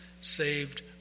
saved